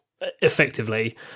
effectively